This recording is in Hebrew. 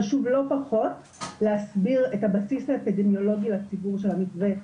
חשוב לא פחות להסביר את הבסיס האפידמיולוגי של המתווה לציבור,